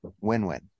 Win-win